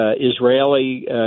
Israeli